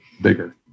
bigger